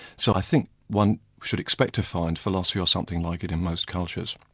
so i think one should expect to find philosophy or something like it in most cultures.